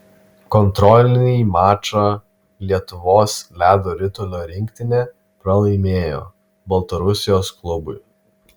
kontrolinį mačą lietuvos ledo ritulio rinktinė pralaimėjo baltarusijos klubui